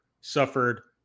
suffered